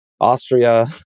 Austria